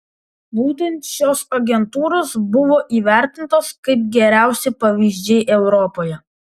būtent šios agentūros buvo įvertintos kaip geriausi pavyzdžiai europoje